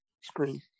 screen